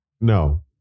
No